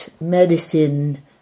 medicine